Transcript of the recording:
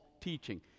teaching